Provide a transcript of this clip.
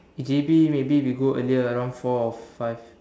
J_B maybe we go earlier around four or five